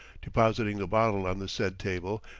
depositing the bottle on the said table,